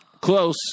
Close